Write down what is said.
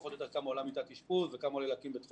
כמה עולה מיטת אשפוז וכמה עולה להקים בית חולים,